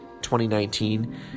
2019